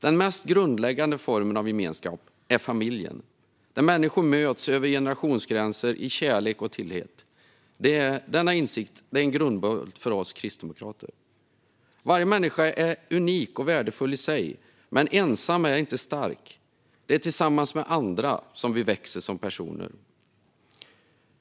Den mest grundläggande formen av gemenskap är familjen, där människor möts över generationsgränserna i kärlek och tillit. Denna insikt är en grundbult för oss kristdemokrater. Varje människa är unik och värdefull i sig. Men ensam är inte stark, utan det är tillsammans med andra som vi växer som personer.